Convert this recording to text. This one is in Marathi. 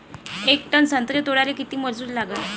येक टन संत्रे तोडाले किती मजूर लागन?